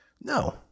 No